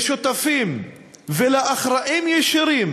לשותפים ולאחראים ישירים